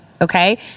okay